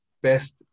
best